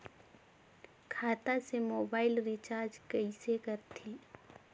खाता से mobile recharge कइसे करथे